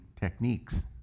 techniques